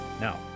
Now